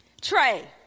Trey